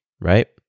right